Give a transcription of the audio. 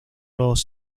los